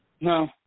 No